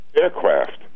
aircraft